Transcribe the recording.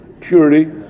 purity